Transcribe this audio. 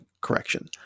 correction